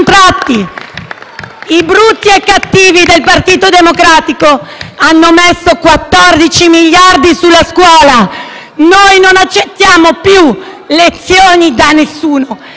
I brutti e i cattivi del Partito Democratico hanno messo 14 miliardi sulla scuola. Noi non accettiamo più lezioni da nessuno